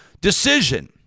decision